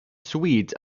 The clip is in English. swedes